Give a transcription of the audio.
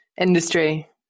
industry